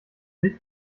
sich